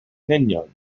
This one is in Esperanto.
nenion